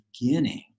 beginning